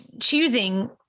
choosing